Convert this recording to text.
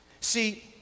See